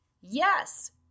Yes